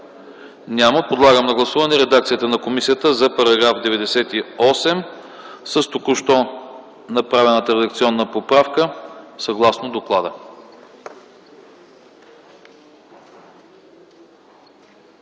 Няма. Подлагам на гласуване редакцията на комисията за § 98 с току-що направената редакционна поправка, съгласно доклада.